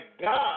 God